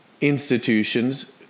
institutions